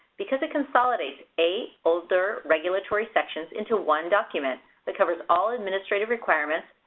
because it consolidates eight older regulatory sections into one document that covers all administrative requirements,